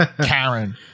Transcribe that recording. Karen